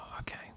Okay